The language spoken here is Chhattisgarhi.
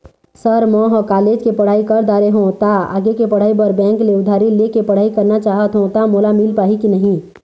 सर म ह कॉलेज के पढ़ाई कर दारें हों ता आगे के पढ़ाई बर बैंक ले उधारी ले के पढ़ाई करना चाहत हों ता मोला मील पाही की नहीं?